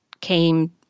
came